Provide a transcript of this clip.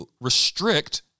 restrict